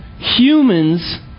humans